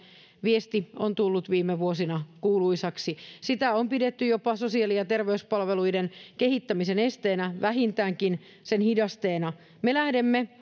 viesti on tullut viime vuosina kuuluisaksi sitä on pidetty jopa sosiaali ja terveyspalveluiden kehittämisen esteenä vähintäänkin sen hidasteena me lähdemme